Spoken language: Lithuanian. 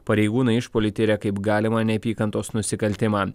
pareigūnai išpuolį tiria kaip galimą neapykantos nusikaltimą